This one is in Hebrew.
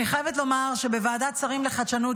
אני חייבת לומר שבוועדת שרים לחדשנות,